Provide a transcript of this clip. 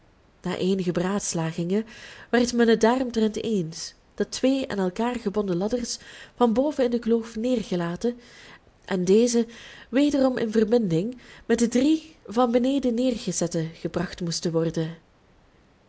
na eenige beraadslagingen werd men het daaromtrent eens dat twee aan elkaar gebonden ladders van boven in de kloof neergelaten en deze wederom in verbinding met de drie van beneden neergezette gebracht moesten worden